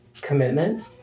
commitment